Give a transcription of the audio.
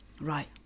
Right